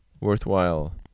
worthwhile